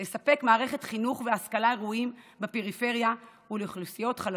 לספק מערכת חינוך והשכלה ראויים בפריפריה ולאוכלוסיות חלשות,